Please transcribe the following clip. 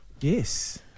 Yes